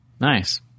Nice